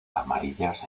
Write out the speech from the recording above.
amarillas